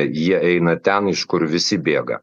jie eina ten iš kur visi bėga